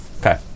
Okay